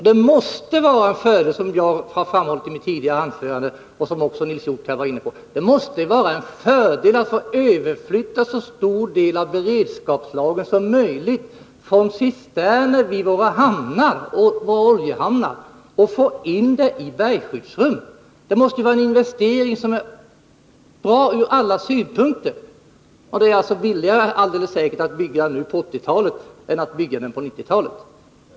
Det måste vara en fördel, som jag har framhållit i mitt tidigare anförande och som också Nils Hjorth varit inne på, att få överflytta så stor del av beredskapslagren som möjligt från cisterner i våra oljehamnar in i bergskyddsrum. Det måste vara en investering som är bra ur alla synpunkter. Och det är alldeles säkert billigare att bygga nu på 1980-talet än på 1990-talet.